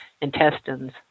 intestines